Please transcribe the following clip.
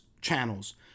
channels